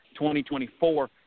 2024